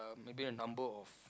maybe a number of